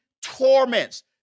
torments